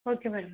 okay madam